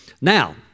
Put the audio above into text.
Now